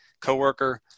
coworker